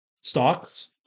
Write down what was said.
stocks